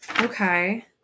Okay